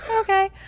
okay